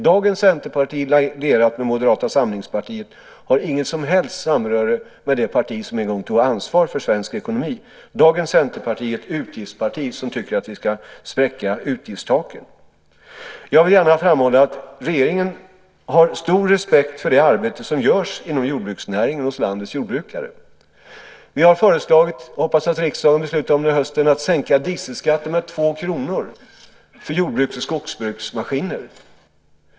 Dagens Centerparti, som är lierat med Moderata samlingspartiet, har inget som helst samband med det parti som en gång tog ansvar för svensk ekonomi. Dagens Centerparti är ett utgiftsparti som tycker att vi ska spräcka utgiftstaken. Jag vill gärna framhålla att regeringen har stor respekt för det arbete som görs inom jordbruksnäringen bland landets jordbrukare. Vi har föreslagit att sänka dieselskatten med 2 kr för jord och skogsbruksmaskiner, och jag hoppas att riksdagen under hösten beslutar om detta.